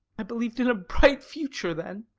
i believed in a bright future then,